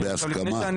בהסכמה.